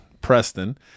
Preston